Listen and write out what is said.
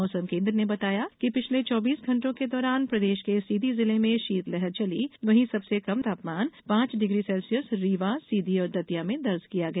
मौसम केन्द्र ने बताया कि पिछले चौबीस घटो के दौरान प्रदेश के सीधी जिले में शीतलहर चली वहीं सबसे कम न्यूनतम तापमान पांच डिग्री सेल्सियस रीवा सीधी और दतिया में दर्ज किया गया